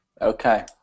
Okay